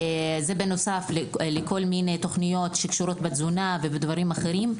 זה בנוסף לכל מיני תכניות שקשורות לתזונה ולדברים אחרים.